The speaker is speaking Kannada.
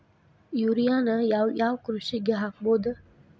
ಯೂರಿಯಾನ ಯಾವ್ ಯಾವ್ ಕೃಷಿಗ ಹಾಕ್ಬೋದ?